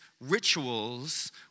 rituals